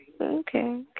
Okay